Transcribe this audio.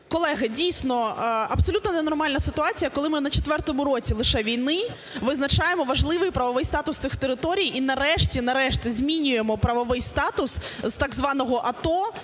Колеги, дійсно, абсолютно ненормальна ситуація, коли ми на четвертому році лише війни визначаємо важливий правовий статус цих територій і нарешті – нарешті! – змінюємо правовий статус з так званого АТО